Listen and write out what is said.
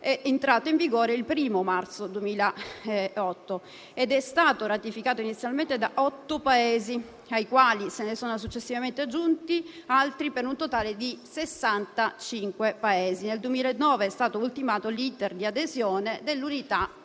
è entrato in vigore il 1° marzo 2008 ed è stato ratificato inizialmente da 8 Paesi, ai quali se ne sono successivamente aggiunti altri, per un totale di 65 Paesi. Nel 2009 è stato ultimato l'*iter* di adesione dell'Unione